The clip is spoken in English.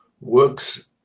works